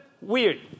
weird